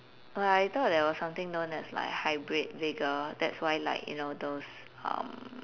oh I thought there was something known as like hybrid vigour that's why like you know those um